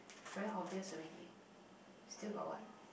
very obvious already still got what